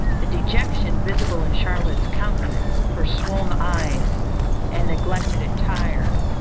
the dejection visible in charlotte's countenance, her swoln eyes and neglected attire,